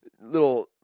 Little